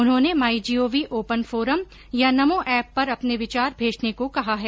उन्होंने My Gov open forum या NaMo app पर अपने विचार भेजने को कहा है